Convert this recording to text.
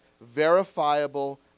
Verifiable